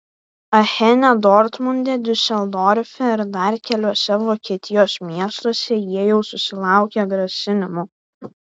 achene dortmunde diuseldorfe ir dar keliuose vokietijos miestuose jie jau susilaukė grasinimų